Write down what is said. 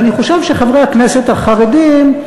ואני חושב שחברי הכנסת החרדים,